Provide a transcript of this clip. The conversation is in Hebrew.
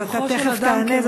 אז אתה תכף תענה.